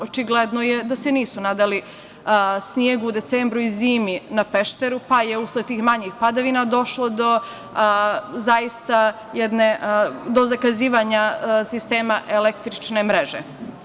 Očigledno je da se nisu nadali snegu u decembru i zimi na Pešteru, pa je usled tih manjih padavina došlo do zakazivanja sistema električne mreže.